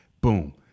boom